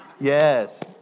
Yes